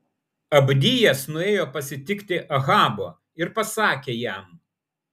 abdijas nuėjo pasitikti ahabo ir pasakė jam